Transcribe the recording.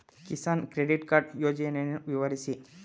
Kisan credit card ಯೋಜನೆಯನ್ನು ವಿವರಿಸಿ?